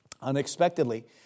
unexpectedly